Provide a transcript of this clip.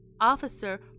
Officer